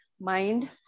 mind